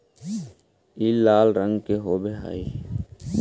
ई लाल रंग के होब हई